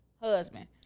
husband